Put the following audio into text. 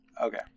Okay